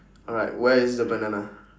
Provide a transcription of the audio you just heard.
alright where is the banana